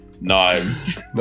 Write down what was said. knives